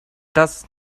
das